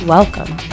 Welcome